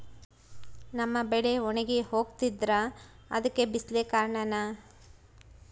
ನಮ್ಮ ಬೆಳೆ ಒಣಗಿ ಹೋಗ್ತಿದ್ರ ಅದ್ಕೆ ಬಿಸಿಲೆ ಕಾರಣನ?